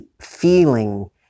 feeling